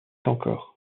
encore